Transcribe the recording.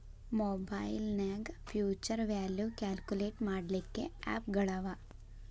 ಮಒಬೈಲ್ನ್ಯಾಗ್ future value calculate ಮಾಡ್ಲಿಕ್ಕೆ app ಗಳವ